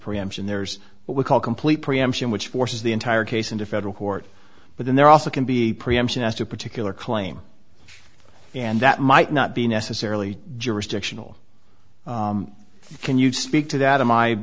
preemption there's what we call complete preemption which forces the entire case into federal court but then there are also can be a preemption as to particular claim and that might not be necessarily jurisdictional can you speak to that a my